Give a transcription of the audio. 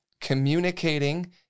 communicating